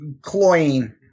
cloying